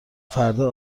فردا